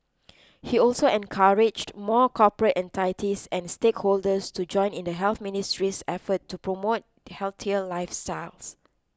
he also encouraged more corporate entities and stakeholders to join in the Health Ministry's efforts to promote healthier lifestyles